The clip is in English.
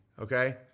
okay